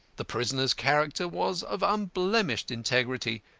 the prisoner's character was of unblemished integrity,